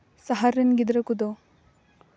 ᱥᱟᱦᱟᱨ ᱨᱮᱱ ᱜᱤᱫᱽᱨᱟᱹ ᱠᱚᱫᱚ